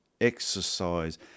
exercise